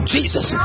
Jesus